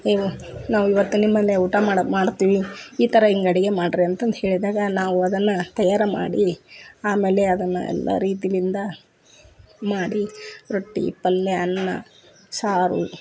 ಅಯ್ಯೋ ನಾವು ಇವತ್ತು ನಿಮ್ಮ ಮನೆಯಾಗ್ ಊಟ ಮಾಡ ಮಾಡ್ತೀವಿ ಈ ಥರ ಹೀಗ್ ಅಡುಗೆ ಮಾಡಿರಿ ಅಂತಂದು ಹೇಳಿದಾಗ ನಾವು ಅದನ್ನು ತಯಾರು ಮಾಡಿ ಆಮೇಲೆ ಅದನ್ನು ಎಲ್ಲ ರೀತಿಯಿಂದ ಮಾಡಿ ರೊಟ್ಟಿ ಪಲ್ಯ ಅನ್ನ ಸಾರು